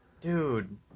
dude